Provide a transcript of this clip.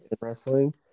wrestling